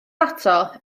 ato